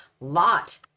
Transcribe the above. Lot